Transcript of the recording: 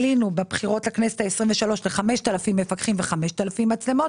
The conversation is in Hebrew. עלינו בבחירות לכנסת ה-23 ל-5,000 מפקחים ו-5,000 מצלמות.